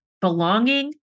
belonging